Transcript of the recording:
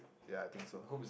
ya I think so